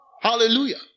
Hallelujah